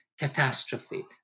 catastrophe